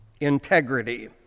integrity